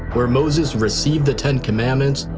where moses received the ten commandments,